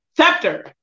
scepter